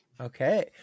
Okay